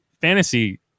fantasy